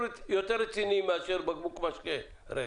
רציניים מאשר ממחזרי בקבוקי משקה ריקים.